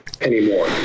anymore